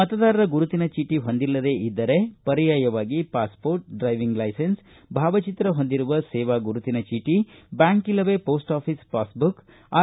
ಮತದಾರರ ಗುರುತಿನ ಚೀಟ ಹೊಂದಿಲ್ಲದೇ ಇದ್ದರೆ ಪರ್ಯಾಯವಾಗಿ ಪಾಸ್ ಪೋರ್ಟ ಡ್ರೈವಿಂಗ್ ಲೈಸೆನ್ಸ್ ಭಾವಚಿತ್ರ ಹೊಂದಿರುವ ಸೇವಾ ಗುರುತಿನ ಚೀಟಿ ಬ್ಯಾಂಕ್ ಇಲ್ಲವೇ post office passbook R